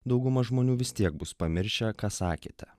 dauguma žmonių vis tiek bus pamiršę ką sakėte